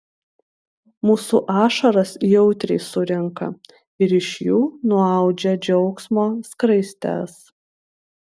mūsų ašaras jautriai surenka ir iš jų nuaudžia džiaugsmo skraistes